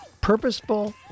purposeful